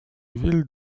ville